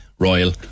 Royal